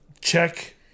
check